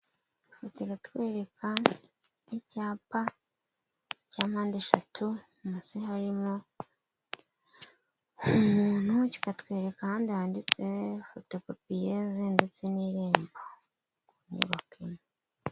Ahantu ku muhanda hashinze imitaka ibiri umwe w'umuhondo n'undi w'umutuku gusa uw'umuhonda uragaragaramo ibirango bya emutiyeni ndetse n'umuntu wicaye munsi yawo wambaye ijiri ya emutiyeni ndetse n'ishati ari guhereza umuntu serivise usa n'uwamugannye uri kumwaka serivise arimo aramuha telefone ngendanwa. Hakurya yaho haragaragara abandi bantu barimo baraganira mbese bari munsi y'umutaka w'umutuku.